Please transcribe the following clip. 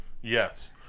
Yes